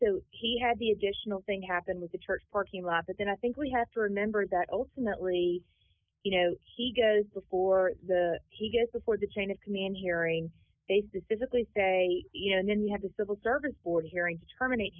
so he had the additional thing happen with the church parking lot but then i think we have to remember that ultimately you know he goes before the he gets before the chain of command hearing they specifically say and then you have a civil service board hearing to terminate